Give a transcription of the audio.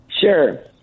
sure